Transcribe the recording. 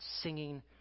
singing